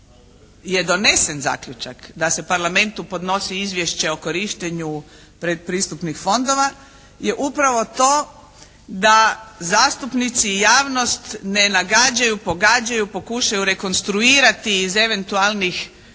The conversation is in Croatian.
je donesen zaključak da se Parlamentu podnosi izvješće o korištenju predpristupnih fondova je upravo to da zastupnici i javnost ne nagađaju, pogađaju, pokušaju rekonstruirati iz eventualnih